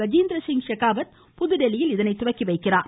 கஜேந்திரசிங் ஷெகாவத் புதுதில்லியில் இதனை துவக்கிவைக்கிறார்